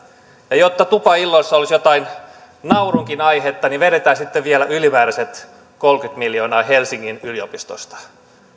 ja jotta tupailloissa olisi jotain naurunkin aihetta niin vedetään sitten vielä ylimääräiset kolmekymmentä miljoonaa helsingin yliopistosta